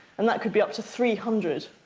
and that could be up to three hundred.